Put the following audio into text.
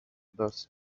does